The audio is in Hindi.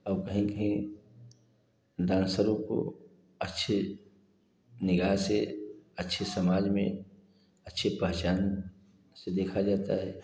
अब कहीं कहीं डांसरों को अच्छे निगाह से अच्छे समाज में अच्छे पहचान देखा जाता है